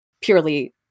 purely